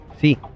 See